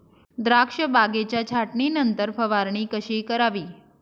द्राक्ष बागेच्या छाटणीनंतर फवारणी कशी करावी?